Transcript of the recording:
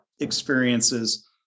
experiences